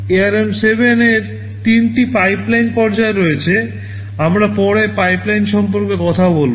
ARM 7 এর 3 টি pipeline পর্যায় রয়েছে আমরা পরে পাইপলাইন সম্পর্কে কথা বলব